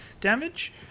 damage